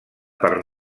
per